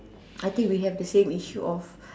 I think we have the same issue of